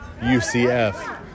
UCF